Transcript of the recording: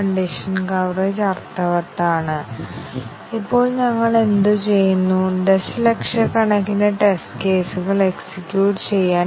കൂടാതെ statement coverage branch coverage നേടുന്നില്ലെന്ന് ഞങ്ങൾ കാണിക്കേണ്ടതുണ്ട് അതിനാൽ സ്റ്റേറ്റ്മെന്റ് കവറേജിൽ ഉൾപ്പെടാത്ത ഒരു ബ്രാഞ്ചെങ്കിലും ഉണ്ട് അല്ലാത്തപക്ഷം അവ ഒന്നുതന്നെയായിരിക്കും